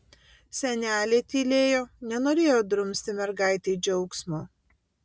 senelė tylėjo nenorėjo drumsti mergaitei džiaugsmo